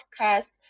podcast